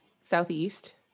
southeast